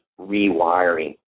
rewiring